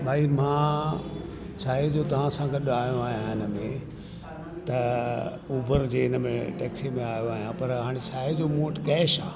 भई मां छा आहे जो तव्हां सां गॾु आयो आहियां हिन में त उबर जे हिन में टैक्सी में आयो आहियां पर हाणे छा आहे जो मूं वटि कैश आहे